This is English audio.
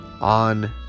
on